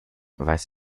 weiß